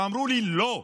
הן אמרו לי: לא.